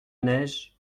neiges